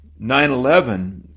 9-11